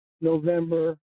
November